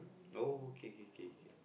no kay kay kay kay